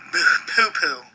poo-poo